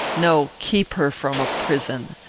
no keep her from a prison.